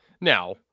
Now